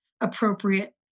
appropriate